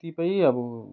कतिपय अब